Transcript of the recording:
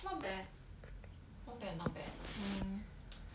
not bad not bad not bad mm